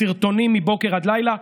סרטונים מבוקר עד לילה,